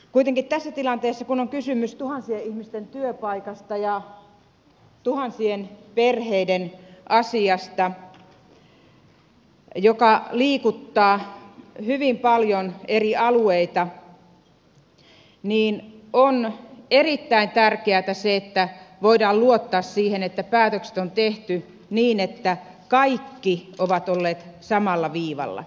kuitenkin tässä tilanteessa kun on kysymys tuhansien ihmisten työpaikasta ja tuhansien perheiden asiasta joka liikuttaa hyvin paljon eri alueita on erittäin tärkeätä se että voidaan luottaa siihen että päätökset on tehty niin että kaikki ovat olleet samalla viivalla